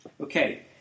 Okay